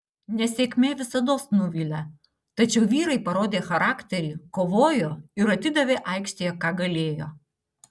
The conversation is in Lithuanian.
nesėkmė visados nuvilia tačiau vyrai parodė charakterį kovojo ir atidavė aikštėje ką galėjo